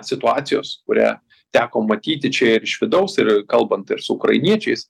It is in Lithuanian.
situacijos kurią teko matyti čia ir iš vidaus ir kalbant ir su ukrainiečiais